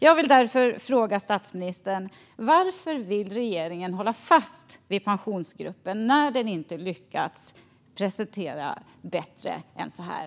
Jag vill därför fråga statsministern: Varför vill regeringen hålla fast vid Pensionsgruppen när den inte lyckats prestera bättre än så här?